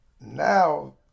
Now